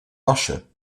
vaše